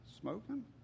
smoking